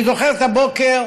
אני זוכר את הבוקר